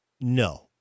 No